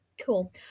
cool